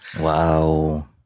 Wow